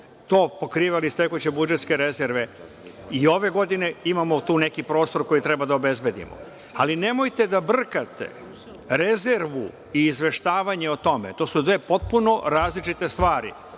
smo pokrivali iz tekuće budžetske rezerve. I ove godine imamo tu neki prostor da to obezbedimo. Nemojte da brkate rezervu i izveštavanje o tome. To su dve potpuno različite stvari.